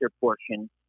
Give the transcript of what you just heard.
portion